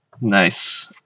Nice